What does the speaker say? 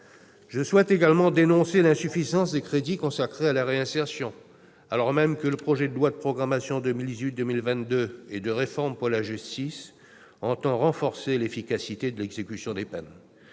Je souhaite également dénoncer l'insuffisance des crédits consacrés à la réinsertion, alors même que le projet de loi de programmation 2018-2022 et de réforme pour la justice prévoit de renforcer l'efficacité de l'exécution des peines.